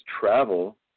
travel